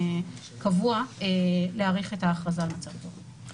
קבוע להאריך את ההכרזה על מצב החירום.